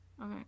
Okay